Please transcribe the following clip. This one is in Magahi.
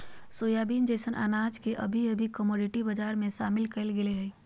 सोयाबीन जैसन अनाज के अभी अभी कमोडिटी बजार में शामिल कइल गेल हइ